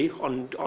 On